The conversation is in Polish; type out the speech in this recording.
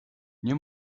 nie